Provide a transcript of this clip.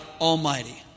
Almighty